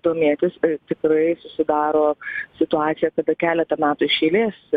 domėtis tikrai susidaro situacija kada keletą metų iš eilės